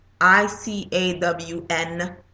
I-C-A-W-N